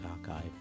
Archive